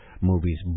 movies